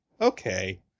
okay